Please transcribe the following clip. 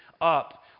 up